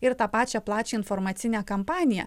ir tą pačią plačią informacinę kampaniją